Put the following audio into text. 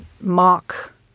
mark